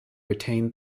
retained